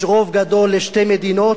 יש רוב גדול לשתי מדינות,